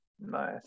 Nice